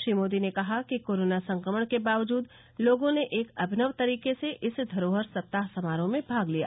श्री मोदी ने कहा कि कोरोना संक्रमण के बावजूद लोगों ने एक अमिनव तरीके से इस धरोहर सप्ताह समारोह में भाग लिया